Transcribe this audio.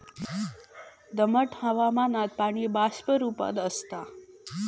दमट हवामानात पाणी बाष्प रूपात आसता